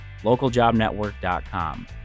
localjobnetwork.com